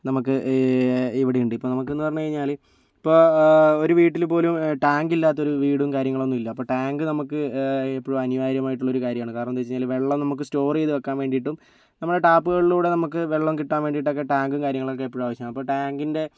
നമുക്ക് ഇവിടെയുണ്ട് ഇപ്പോൾ നമുക്കെന്ന് പറഞ്ഞു കഴിഞ്ഞാൽ ഇപ്പോൾ ഒരു വീട്ടിൽ പോലും ടാങ്കില്ലാത്ത ഒരു വീടും കാര്യങ്ങളൊന്നുമില്ല അപ്പോൾ ടാങ്ക് നമുക്ക് എപ്പോഴും അനിവാര്യമായിട്ടുള്ള ഒരു കാര്യമാണ് കാരണം എന്ന് വെച്ച് കഴിഞ്ഞാല് വെള്ളം നമുക്ക് സ്റ്റോർ ചെയ്തു വയ്ക്കാൻ വേണ്ടിയിട്ടും നമ്മളെ ടാപ്പുകളിലൂടെ നമുക്ക് വെള്ളം കിട്ടാൻ വേണ്ടീട്ടൊക്കെ ഒക്കെ ടാങ്ക് നമ്മൾക്ക് എപ്പോഴും ആവശ്യമാണ് അപ്പോൾ ടാങ്ക് ടാങ്കിന്റെ